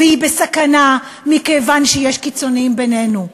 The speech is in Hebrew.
והיא בסכנה מכיוון שיש קיצונים בינינו.